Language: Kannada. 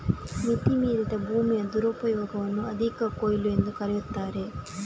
ಮಿತಿ ಮೀರಿದ ಭೂಮಿಯ ದುರುಪಯೋಗವನ್ನು ಅಧಿಕ ಕೊಯ್ಲು ಎಂದೂ ಕರೆಯುತ್ತಾರೆ